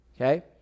Okay